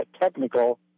technical